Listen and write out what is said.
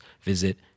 visit